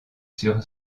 sur